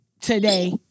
today